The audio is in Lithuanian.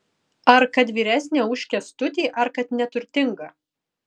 ar kad vyresnė už kęstutį ar kad neturtinga